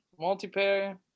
multiplayer